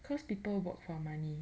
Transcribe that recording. cause people work for money